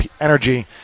energy